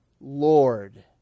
Lord